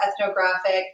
ethnographic